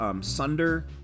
Sunder